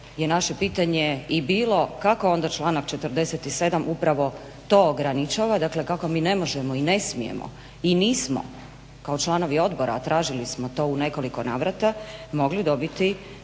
je naše pitanje i bilo kako onda članak 47. upravo to ograničava, dakle kako mi ne možemo i ne smijemo i nismo kao članovi odbora, a tražili smo to u nekoliko navrata, mogli dobiti